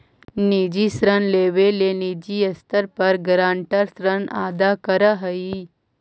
निजी ऋण लेवे में निजी स्तर पर गारंटर ऋण अदा करऽ हई